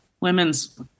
women's